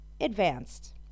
advanced